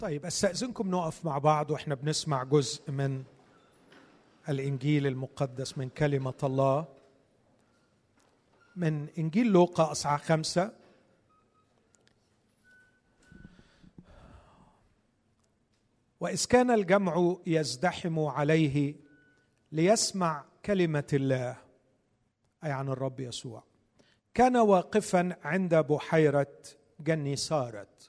طيب، أستأذنكم نقف مع بعض وإحنا بنسمع جزء من الإنجيل المقدس من كلمة الله. من إنجيل لوقا أصحاح 5. "وإذ كان الجمع يزدحم عليه ليسمع كلمة الله". أي عن الرب يسوع. "كان واقفاً عند بحيرة جني سارت.